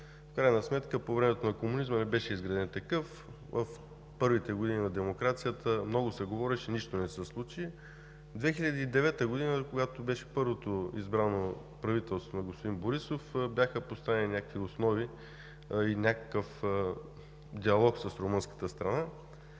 В крайна сметка по времето на комунизма не беше изграден такъв, в първите години на демокрацията много се говореше, но нищо не се случи. През 2009 г., когато беше първото избрано правителство на господин Борисов, бяха поставени някакви основи и някакъв диалог с румънската страна,